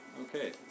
okay